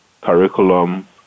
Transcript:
curriculum